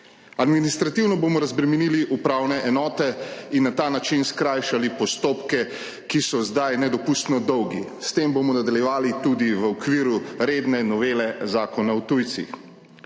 Administrativno bomo razbremenili upravne enote in na ta način skrajšali postopke, ki so zdaj nedopustno dolgi, s tem bomo nadaljevali tudi v okviru redne novele Zakona o tujcih.